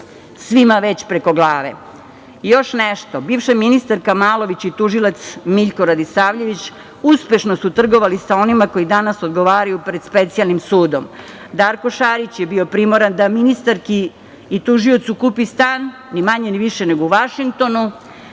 svima već preko glave.I još nešto, bivša ministarka Malović i tužilac Miljko Radisavljević uspešno su trgovali sa onima koji danas odgovaraju pred specijalnim sudom. Darko Šarić je bio primoran da ministarki i tužiocu kupi stan ni manje ni više nego u Vašingtonu